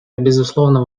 безусловно